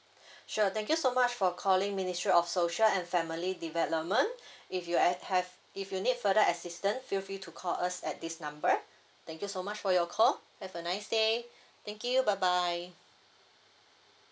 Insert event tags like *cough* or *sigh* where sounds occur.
sure thank you so much for calling ministry of social and family development *breath* if you add have if you need further assistance feel free to call us at this number thank you so much for your call have a nice day thank you bye bye